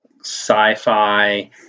sci-fi